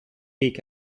peak